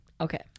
Okay